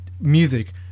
music